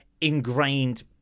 ingrained